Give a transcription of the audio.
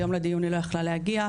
היום לדיון היא לא יכלה להגיע.